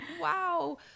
wow